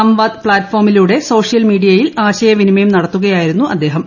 സംവാദ് പ്പാറ്റ്ഫോമിലൂടെ സോഷ്യൽ മീഡിയയിൽ ആശയവിനിമയം നടത്തുകയായിരുന്നു അദ്ദേഹം